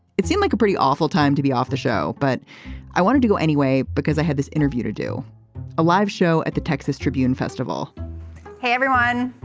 it seemed like a pretty awful time to be off the show. but i wanted to go anyway because i had this interview to do a live show at the texas tribune festival hey everyone.